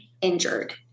injured